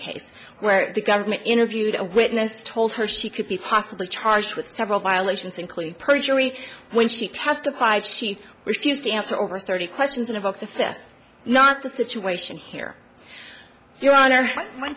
case where the government interviewed a witness told her she could be possibly charged with several violations including perjury when she testified she refused to answer over thirty questions in about the fifth not the situation here your hon